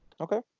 Okay